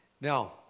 Now